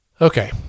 Okay